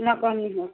ना कमी होइ